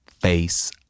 face